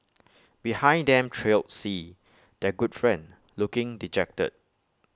behind them trailed C their good friend looking dejected